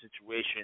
situation